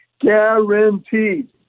guaranteed